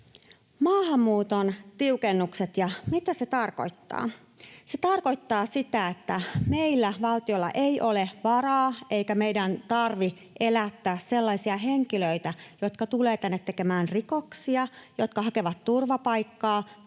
Maahanmuuton tiukennukset, ja mitä se tarkoittaa. Se tarkoittaa sitä, että meillä, valtiolla, ei ole varaa eikä meidän tarvitse elättää sellaisia henkilöitä, jotka tulevat tänne tekemään rikoksia, jotka hakevat turvapaikkaa